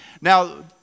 now